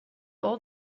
all